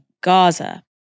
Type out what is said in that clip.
Gaza